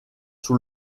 sous